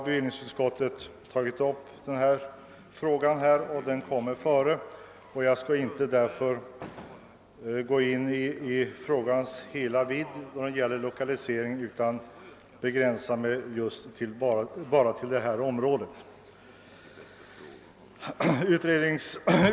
Bevillningsutskottet har emellertid brutit ut denna fråga och behandlat den med förtur, och jag skall därför inte gå in på spörsmålet om lokaliseringen i hela dess vidd utan skall begränsa mig till enbart det område som behandlas i föreliggande betänkande.